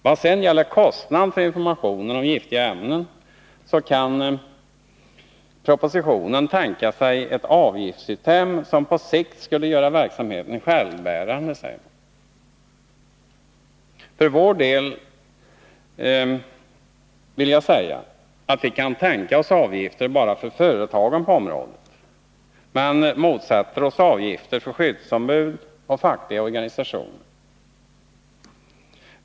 Vad sedan gäller kostnaden för informationen om giftiga ämnen kan man i propositionen tänka sig ett avgiftssystem som på sikt skulle kunna göra verksamheten självbärande. För vår del vill jag säga att vi kan tänka oss avgifter bara för företagen på området, men motsätter oss avgifter för skyddsombud och fackliga organisationer.